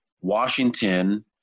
Washington